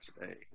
today